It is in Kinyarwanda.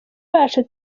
bacu